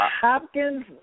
Hopkins